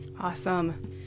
Awesome